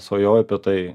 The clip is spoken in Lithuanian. svajoja apie tai